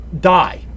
die